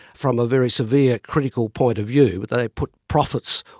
from a very severe critical point of view, they put profits,